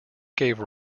gave